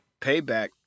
Payback